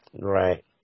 Right